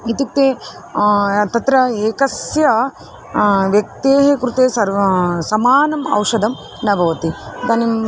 इत्युक्ते तत्र एकस्य व्यक्तेः कृते सर्वं समानम् औषधं न भवति इदानीम्